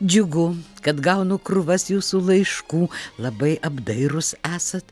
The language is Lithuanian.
džiugu kad gaunu krūvas jūsų laiškų labai apdairūs esat